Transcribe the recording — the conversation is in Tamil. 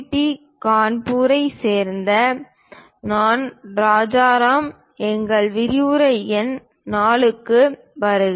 டி கரக்பூரைச் சேர்ந்த நான் ராஜராம் எங்கள் விரிவுரை எண் 4 க்கு வருக